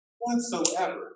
whatsoever